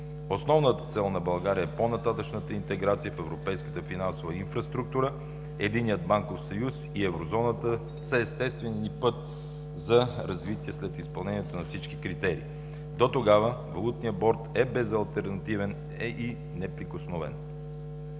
Основната цел на България е по-нататъшната интеграция в европейската финансова инфраструктура. Единният банков съюз и Еврозоната са естественият ни път за развитие след изпълнението на всички критерии. Дотогава валутният борд е безалтернативен и неприкосновен.